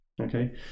Okay